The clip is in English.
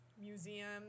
museum